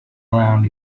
around